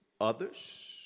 others